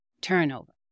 turnover